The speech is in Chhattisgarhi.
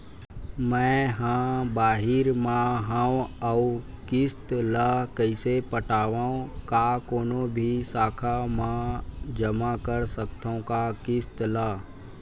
मैं हा बाहिर मा हाव आऊ किस्त ला कइसे पटावव, का कोनो भी शाखा मा जमा कर सकथव का किस्त ला?